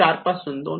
4 पासून 2